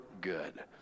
good